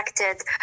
affected